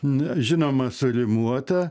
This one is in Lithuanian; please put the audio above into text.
na žinoma surimuota